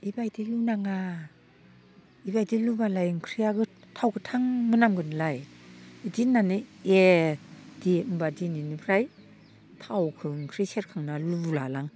बेबायदि लुनाङा इबायदि लुब्लालाय ओंख्रियाबो थाव गोथां मोनामगोनलाय इदि होननानै ए दे होमब्ला दिनैनिफ्राय थावखो ओंख्रि सेरखांना लुलालां